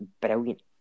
brilliant